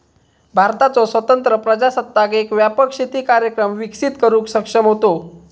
भारताचो स्वतंत्र प्रजासत्ताक एक व्यापक शेती कार्यक्रम विकसित करुक सक्षम होतो